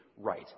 right